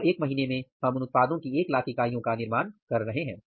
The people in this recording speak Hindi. और 1 महीने में हम उन उत्पादों की एक लाख इकाइयों का निर्माण कर रहे हैं